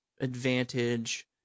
advantage